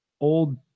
old